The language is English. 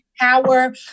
power